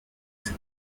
sir